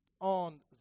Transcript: on